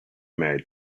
married